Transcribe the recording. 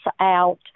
out